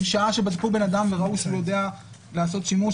משעה שבדקו בן אדם וראו שהוא יודע לעשות שימוש,